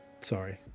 Sorry